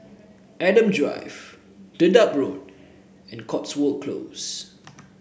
Adam Drive Dedap Road and Cotswold Close